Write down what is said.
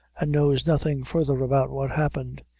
and knows nothing further about what happened.